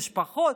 משפחות,